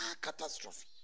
catastrophe